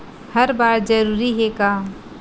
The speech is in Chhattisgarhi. हर बार जरूरी हे का?